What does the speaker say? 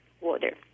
water